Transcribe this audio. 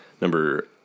Number